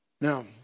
Now